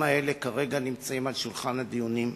האלה כרגע נמצאים על שולחן הדיונים.